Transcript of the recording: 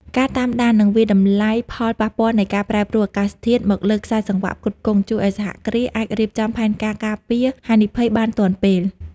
ការតាមដាន និងវាយតម្លៃផលប៉ះពាល់នៃការប្រែប្រួលអាកាសធាតុមកលើខ្សែសង្វាក់ផ្គត់ផ្គង់ ជួយឱ្យសហគ្រាសអាចរៀបចំផែនការការពារហានិភ័យបានទាន់ពេល។